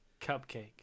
Cupcake